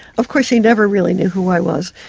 of course he never really knew who i was.